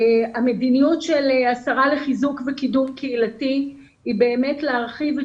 המדיניות של השרה לחיזוק וקידום קהילתי היא באמת להרחיב את